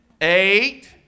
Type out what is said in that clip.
eight